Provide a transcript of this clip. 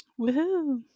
woohoo